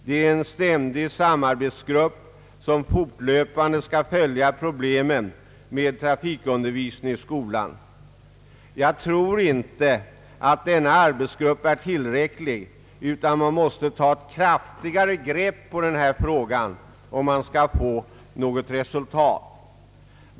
Det är en ständig samarbetsgrupp, som fortlöpande skall följa problemen med trafikundervisning i skolorna. Jag tror inte att denna arbetsgrupp ensam kan klara dessa problem, utan att man måste ta kraftigare grepp på denna fråga om man skall nå något resultat.